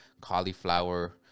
cauliflower